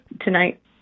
tonight